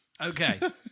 okay